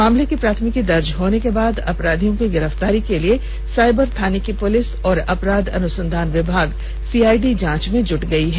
मामले की प्राथमिकी दर्ज होने के बाद अपराधियों की गिरफ्तारी के लिए साइबर थाने की पुलिस और अपराध अनुसंधान विभाग सीआईडी जांच में जुट गई है